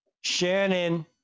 Shannon